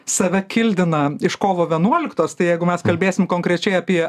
save kildina iš kovo vienuoliktos tai jeigu mes kalbėsim konkrečiai apie